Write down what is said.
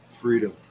freedom